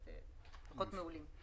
דוחות מעולים.